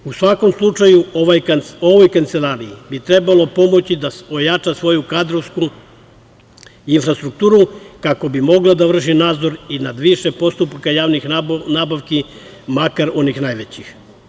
U svakom slučaju, ovoj kancelariji bi trebalo pomoći da ojača svoju kadrovsku infrastrukturu, kako bi mogla da vrši nadzor i nad više postupaka javnih nabavki, makar onih najvećih.